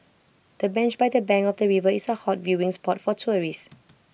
the bench by the bank of the river is A hot viewing spot for tourists